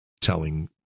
telling